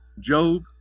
Job